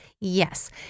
Yes